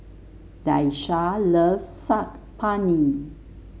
Daisha loves Saag Paneer